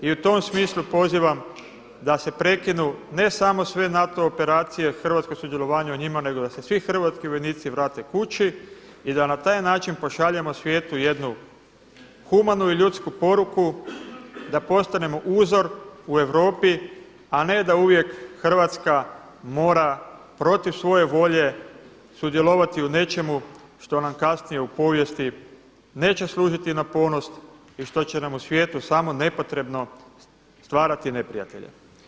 I u tom smislu pozivam da se prekinu ne samo sve NATO operacije, hrvatsko sudjelovanje u njima nego da se svi hrvatski vojnici vrate kući i da na taj način pošaljemo svijetu jednu humanu i ljudsku poruku da postanemo uzor u Europi a ne da uvijek Hrvatska mora protiv svoje volje sudjelovati u nečemu što nam kasnije u povijesti neće služiti na ponos i što će nam u svijetu samo nepotrebno stvarati neprijatelje.